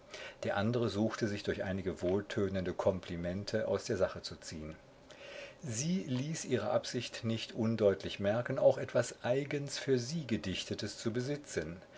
der andre suchte sich durch einige wohltönende komplimente aus der sache zu ziehen sie ließ ihre absicht nicht undeutlich merken auch etwas eigens für sie gedichtetes zu besitzen